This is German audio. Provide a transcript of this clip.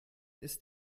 ist